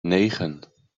negen